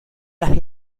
las